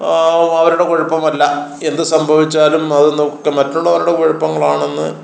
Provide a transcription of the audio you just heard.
അവരുടെ കുഴപ്പമല്ല എന്ത് സംഭവിച്ചാലും അത് നമുക്ക് മറ്റുളളവരുടെ കുഴപ്പങ്ങളാണെന്ന്